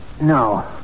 No